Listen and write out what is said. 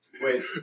Wait